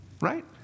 right